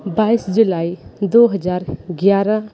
बाईस जुलाई दो हज़ार ग्यारह